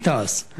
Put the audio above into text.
נציג תע"ש,